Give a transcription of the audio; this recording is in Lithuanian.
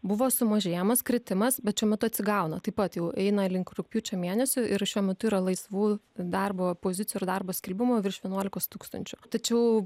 buvo sumažėjimas kritimas bet šiuo metu atsigauna taip pat jau eina link rugpjūčio mėnesio ir šiuo metu yra laisvų darbo pozicijų ir darbo skelbimų virš vienuolikos tūkstančių tačiau